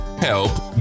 Help